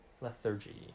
lethargy